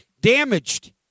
damaged